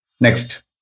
Next